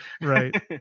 right